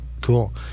Cool